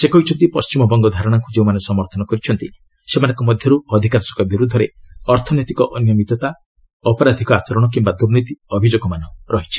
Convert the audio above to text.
ସେ କହିଛନ୍ତି ପଶ୍ଚିମବଙ୍ଗ ଧାରଣାକୁ ଯେଉଁମାନେ ସମର୍ଥନ କରିଛନ୍ତି ସେମାନଙ୍କ ମଧ୍ୟରୁ ଅଧିକାଂଶଙ୍କ ବିରୁଦ୍ଧରେ ଅର୍ଥନୈତିକ ଅନିୟମିତତା ଅପରାଧୀକ ଆଚରଣ କିମ୍ବା ଦୁର୍ନୀତି ଅଭିଯୋଗମାନ ରହିଛି